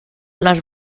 les